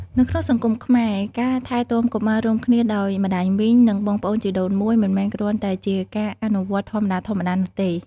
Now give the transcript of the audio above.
នៅក្នុងសង្គមខ្មែរ ការថែទាំកុមាររួមគ្នាដោយម្ដាយមីង និងបងប្អូនជីដូនមួយ មិនមែនគ្រាន់តែជាការអនុវត្តន៍ធម្មតាៗនោះទេ។